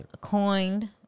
coined